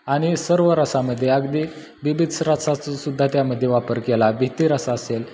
आणि सर्व रसामदे अगदी बीभत्सरसाचासुद्धा त्यामध्ये वापर केला भीती रस असेल